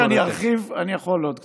אם תרצה שאני ארחיב, אני יכול עוד קצת.